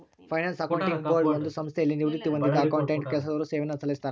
finance accounting board ಒಂದು ಸಂಸ್ಥೆಯಲ್ಲಿ ನಿವೃತ್ತಿ ಹೊಂದಿದ್ದ ಅಕೌಂಟೆಂಟ್ ಕೆಲಸದವರು ಸೇವೆಯನ್ನು ಸಲ್ಲಿಸ್ತರ